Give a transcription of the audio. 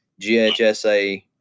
GHSA